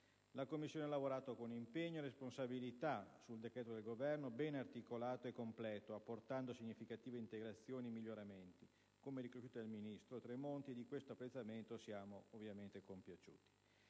La Commissione ha lavorato con impegno e responsabilità sul decreto del Governo, ben articolato e completo, apportando significative integrazioni e miglioramenti, come è stato riconosciuto dal ministro Tremonti. Di questo apprezzamento siamo ovviamente compiaciuti.